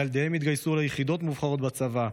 וילדיהם התגייסו ליחידות מובחרות בצבא.